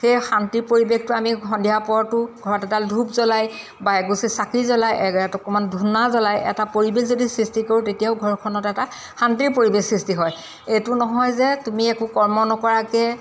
সেই শান্তিৰ পৰিৱেশটো আমি সন্ধিয়া পৰতো ঘৰত এডাল ধূপ জ্বলাই বা এগছি চাকি জ্বলাই অকণমান ধূনা জ্বলাই এটা পৰিৱেশ যদি সৃষ্টি কৰোঁ তেতিয়াও ঘৰখনত এটা শান্তিৰ পৰিৱেশ সৃষ্টি হয় এইটো নহয় যে তুমি একো কৰ্ম নকৰাকৈ